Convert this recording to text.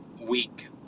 week